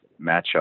matchup